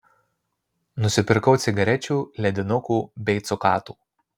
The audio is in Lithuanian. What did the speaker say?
nusipirkau cigarečių ledinukų bei cukatų